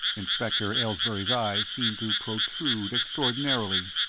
inspector aylesbury's eyes seemed to protrude extraordinarily.